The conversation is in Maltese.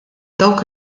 dawk